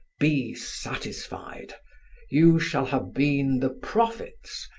be satisfied you shall have been the prophets,